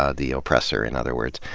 ah the oppressor, in other words.